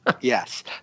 Yes